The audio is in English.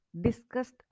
discussed